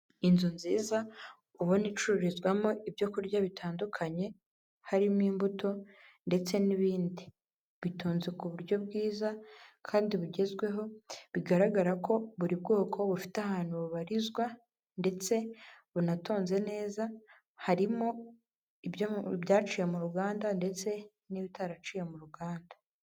Inzu nziza ubona icururizwamo ibyo kurya bitandukanye, harimo imbuto ndetse n'ibindi. Bitonze ku buryo bwiza kandi bugezweho, bigaragara ko buri bwoko bufite ahantu bubarizwa ndetse bunatonze neza. Harimo ibyaciye mu ruganda ndetse n'ibitaraciye mu ruganda.